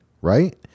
right